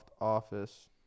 Office